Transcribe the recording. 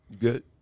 good